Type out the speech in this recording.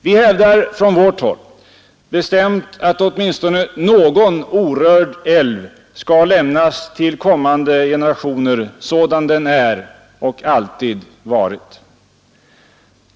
Vi hävdar från vårt håll bestämt att åtminstone någon orörd älv skall lämnas till kommande generationer sådan den är och alltid varit.